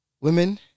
Women